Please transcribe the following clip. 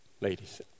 Ladies